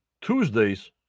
tuesdays